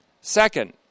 Second